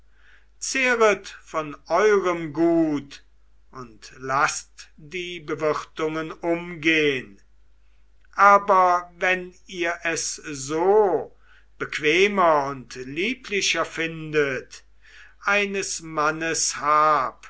von eurem gut und laßt die bewirtungen umgehn aber wenn ihr es so bequemer und lieblicher findet eines mannes hab